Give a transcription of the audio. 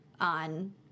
on